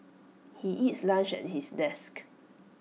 he eats lunch at his desk